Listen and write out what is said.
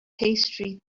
pastry